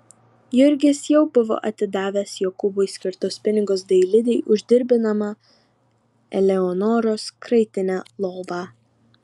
jurgis jau buvo atidavęs jokūbui skirtus pinigus dailidei už dirbinamą eleonoros kraitinę lovą